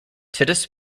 titus